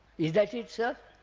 is that it? so